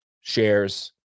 shares